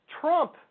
Trump